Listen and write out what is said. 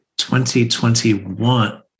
2021